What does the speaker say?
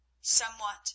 somewhat